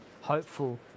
hopeful